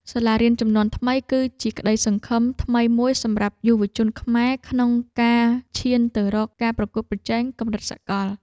សាលារៀនជំនាន់ថ្មីគឺជាក្តីសង្ឃឹមថ្មីមួយសម្រាប់យុវជនខ្មែរក្នុងការឈានទៅរកការប្រកួតប្រជែងកម្រិតសកល។